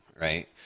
right